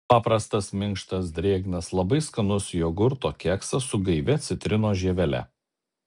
paprastas minkštas drėgnas labai skanus jogurto keksas su gaivia citrinos žievele